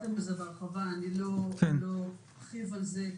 לא ארחיב על כך,